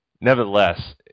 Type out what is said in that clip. Nevertheless